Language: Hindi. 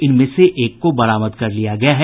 इनमें से एक को बरामद कर लिया गया है